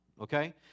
Okay